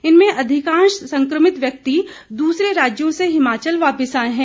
इनमें अधिकांश संक्रमित व्यक्ति दूसरे राज्यों से हिमाचल वापिस आए हैं